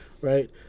Right